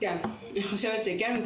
אני חושבת שכן,